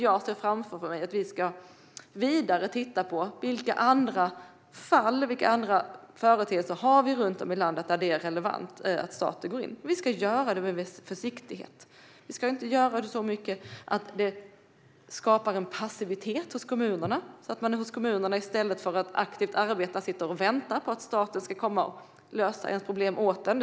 Jag ser framför mig att vi ska titta vidare på vilka andra fall, vilka andra företeelser vi har runt om i landet, där det är relevant att staten går in. Men vi ska göra det med försiktighet. Vi ska inte göra det i sådan omfattning att det skapar en passivitet hos kommunerna, så att kommunerna i stället för att arbeta aktivt sitter och väntar på att staten ska komma och lösa problemet åt dem.